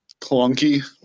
clunky